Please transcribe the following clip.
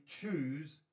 choose